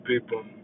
people